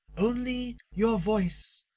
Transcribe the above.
only your voice,